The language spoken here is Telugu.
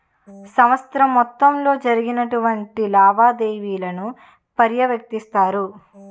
సంవత్సరం మొత్తంలో జరిగినటువంటి లావాదేవీలను పర్యవేక్షిస్తారు